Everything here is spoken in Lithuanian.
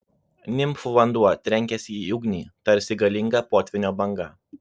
nimfų vanduo trenkėsi į ugnį tarsi galinga potvynio banga